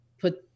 put